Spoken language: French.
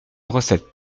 recette